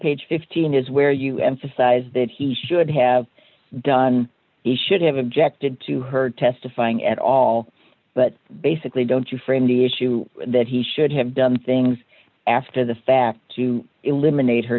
page fifteen is where you emphasize that he should have done he should have objected to her testifying at all but basically don't you frame the issue that he should have done things after the fact to eliminate her